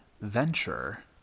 venture